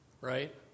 right